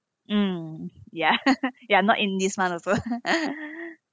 mm ya ya not in this month also